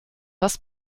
das